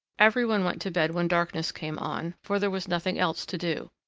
every one went to bed when darkness came on, for there was nothing else to do.